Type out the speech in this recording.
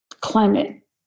climate